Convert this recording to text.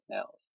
else